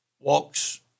walks